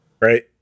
Right